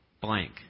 blank